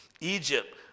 Egypt